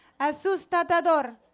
Asustador